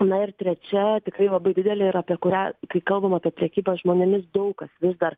na ir trečia tikrai labai didelė ir apie kurią kai kalbam apie prekybą žmonėmis daug kas vis dar